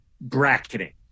bracketing